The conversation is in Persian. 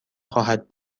خواهد